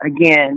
again